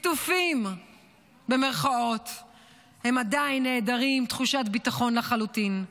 הם עדיין נעדרי תחושת ביטחון לחלוטין.